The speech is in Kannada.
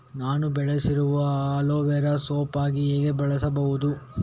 ನಾನು ಬೆಳೆಸಿರುವ ಅಲೋವೆರಾ ಸೋಂಪಾಗಿ ಹೇಗೆ ಬೆಳೆಸಬಹುದು?